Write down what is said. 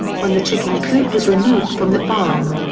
when the chicken coop was removed from the farm.